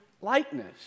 likeness